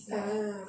ah